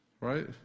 right